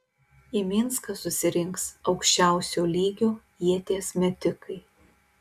į minską susirinks aukščiausio lygio ieties metikai